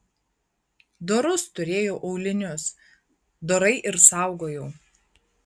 dorus turėjau aulinius dorai ir saugojau